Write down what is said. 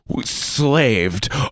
slaved